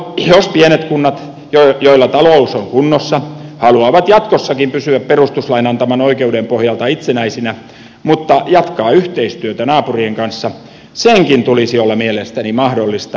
jos pienet kunnat joilla talous on kunnossa haluavat jatkossakin pysyä perustuslain antaman oikeuden pohjalta itsenäisinä mutta jatkaa yhteistyötä naapurien kanssa senkin tulisi olla mielestäni mahdollista